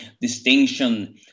distinction